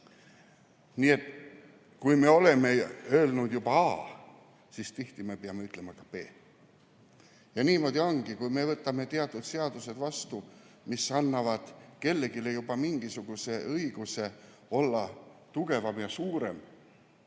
Nii et kui me oleme öelnud a, siis tihti peame ütlema ka b. Niimoodi ongi. Kui me võtame vastu teatud seadused, mis annavad kellelegi mingisuguse õiguse olla tugevam ja suurem,